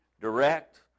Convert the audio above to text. direct